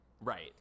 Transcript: Right